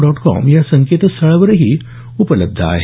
dot com या संकेतस्थळावरही उपलब्ध आहे